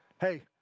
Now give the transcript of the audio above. Hey